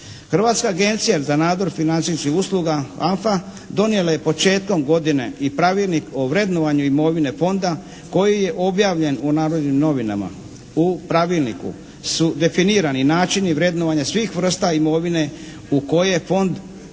Hrvatska agencija za nadzor financijskih usluga, HANFA, donijela je početkom godine i pravilnik o vrednovanju imovine Fonda koji je objavljen u "Narodnim novinama". U pravilniku su definirani načini vrednovanja svih vrsta imovine u koje Fond može